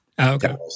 Okay